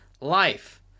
life